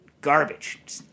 garbage